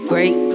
Great